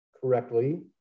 correctly